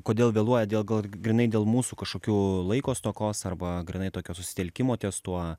kodėl vėluoja dėl gal grynai dėl mūsų kažkokių laiko stokos arba grynai tokio susitelkimo ties tuo